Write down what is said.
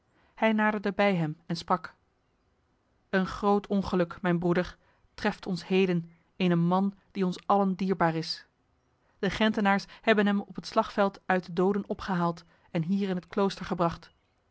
hij naderde bij hem en sprak een groot ongeluk mijn broeder treft ons heden in een man die ons allen dierbaar is de gentenaars hebben hem op het slagveld uit de doden opgehaald en hier in het klooster gebracht